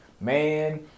Man